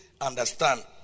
understand